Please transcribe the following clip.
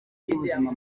by’ubuzima